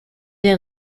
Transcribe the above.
der